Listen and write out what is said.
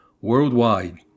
worldwide